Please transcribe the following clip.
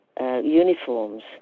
uniforms